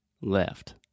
left